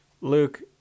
Luke